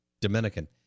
Dominican